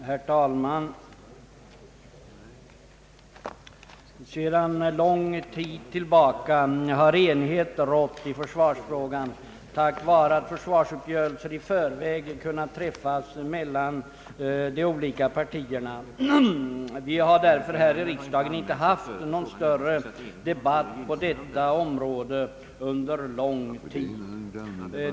Herr talman! Sedan lång tid tillbaka har enighet rått i försvarsfrågan tack vare att försvarsuppgörelser i förväg kunnat träffas mellan de olika partierna. Vi har därför här i riksdagen inte haft några större debatter på detta område under lång tid.